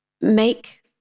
make